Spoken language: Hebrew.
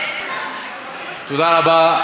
תודה רבה.